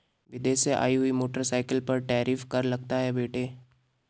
विदेश से आई हुई मोटरसाइकिल पर टैरिफ कर लगता है बेटे